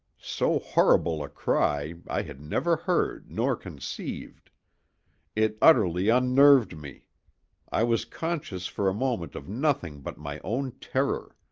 so horrible a cry i had never heard nor conceived it utterly unnerved me i was conscious for a moment of nothing but my own terror!